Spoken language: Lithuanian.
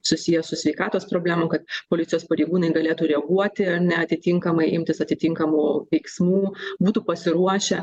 susiję su sveikatos problemų kad policijos pareigūnai galėtų reaguoti ar ne atitinkamai imtis atitinkamų veiksmų būtų pasiruošę